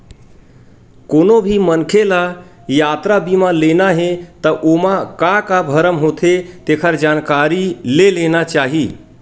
कोनो भी मनखे ल यातरा बीमा लेना हे त ओमा का का कभर होथे तेखर जानकारी ले लेना चाही